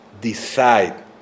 Decide